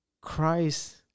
Christ